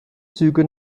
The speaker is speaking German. züge